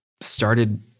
started